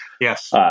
Yes